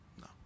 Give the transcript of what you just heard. No